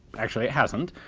actually, it hasn't.